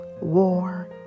war